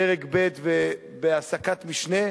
דרג ב' ובהעסקת משנה,